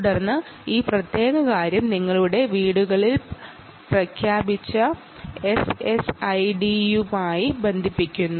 തുടർന്ന് ഇത് നിങ്ങളുടെ വീടുകളിൽ ഉള്ള എസ്എസ്ഐഡിയുമായി ബന്ധിപ്പിക്കുന്നു